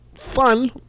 Fun